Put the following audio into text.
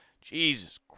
Jesus